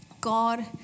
God